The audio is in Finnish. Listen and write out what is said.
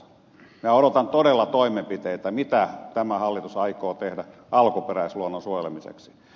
minä odotan todella toimenpiteitä mitä tämä hallitus aikoo tehdä alkuperäisluonnon suojelemiseksi